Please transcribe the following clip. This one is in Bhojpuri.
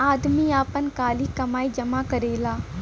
आदमी आपन काली कमाई जमा करेला